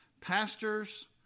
pastors